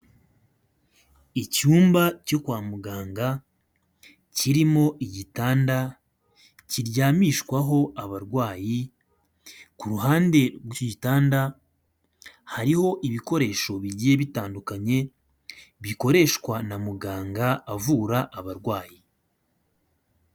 Icyumba cyo kwa muganga kirimo igitanda kiryamishwaho abarwayi, ku ruhande rw'igitanda hariho ibikoresho bigiye bitandukanye bikoreshwa na muganga avura abarwayi.